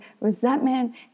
resentment